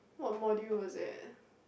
what module was it